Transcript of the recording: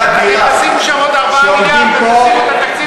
אתם תשימו שם עוד 4 מיליארד ותסירו את התקציב האמיתי.